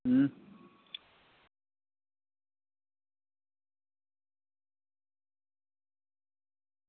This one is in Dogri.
अं